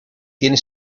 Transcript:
tiene